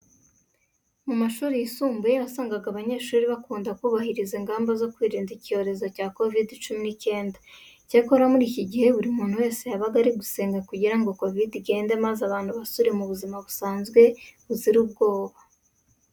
Mu mashuri yisumbuye wasangaga abanyeshuri bakunda kubahiriza ingamba zo kwirinda icyorezo cya Kovide cumi n'icyenda. Icyakora muri iki gihe, buri muntu wese yabaga ari gusenga kugira ngo Kovide igende maze abantu basubire mu buzima busanzwe buzira ubwoba.